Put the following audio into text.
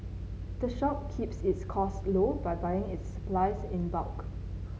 the shop keeps its cost low by buying its supplies in bulk